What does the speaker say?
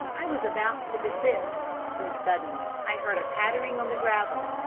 i was about to desist, when suddenly i heard a pattering on the gravel,